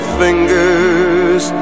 fingers